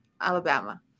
Alabama